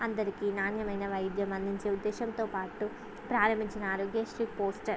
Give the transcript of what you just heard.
అందరికీ నాణ్యమైన వైద్యం అందించే ఉద్దేశంతో పాటు ప్రారంభించిన ఆరోగ్యశ్రీ పోస్టర్